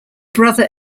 brother